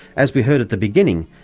as we heard at the beginning,